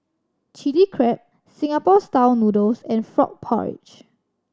Chilli Crab Singapore Style Noodles and frog porridge